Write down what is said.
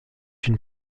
une